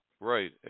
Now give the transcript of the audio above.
Right